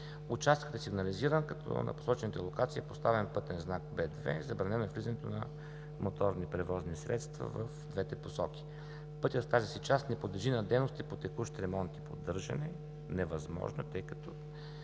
Участъкът е сигнализиран, като на посочените локации е поставен пътен знак В2 „Забранено е влизането на МПС в двете посоки“. Пътят в тази му част не подлежи на дейности по текущ ремонт и поддържане. Невъзможно е, тъй като